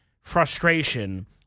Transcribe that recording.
frustration